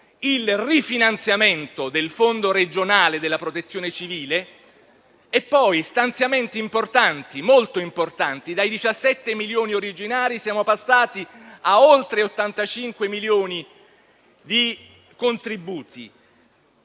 il rifinanziamento del Fondo regionale di protezione civile. Ci sono poi stanziamenti molto importanti, per cui dai 17 milioni originari si è passati a oltre 85 milioni di contributi;